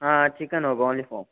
हाँ चिकन होगा